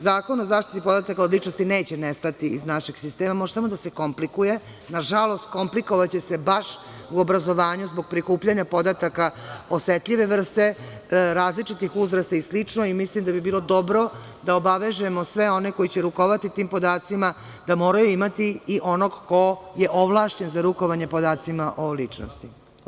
Zakon o zaštiti podataka o ličnosti neće nestati iz našeg sistema, može samo da se komplikuje, nažalost, komplikovaće se baš u obrazovanju zbog prikupljanja podataka osetljive vrste, različitih uzrasta i slično i mislim da bi bilo dobro da obavežemo sve one koji će rukovati tim podacima da moraju imati i onog ko je ovlašćen za rukovanje podacima o ličnosti.